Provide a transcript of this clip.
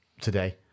Today